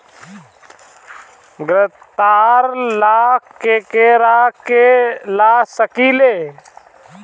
ग्रांतर ला केकरा के ला सकी ले?